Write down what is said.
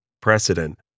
precedent